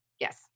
Yes